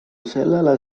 sellele